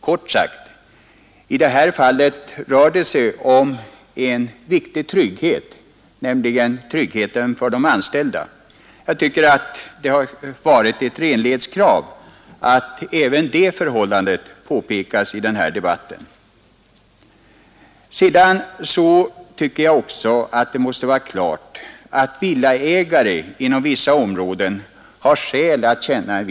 Kort sagt, i det här fallet rör det sig om en viktig trygghet, nämligen arbetstryggheten för de anställda. Jag tycker det är ett renlighetskrav att även det förhållandet påpekas i denna debatt. Det är klart att villaägare inom vissa områden har skäl att känna oro.